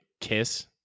KISS